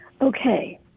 okay